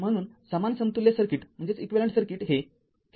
म्हणूनसमान समतुल्य सर्किट हे कॅपेसिटर असेल